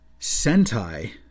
sentai